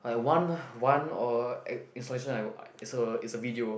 like one one or act~ installation I it's a it's a video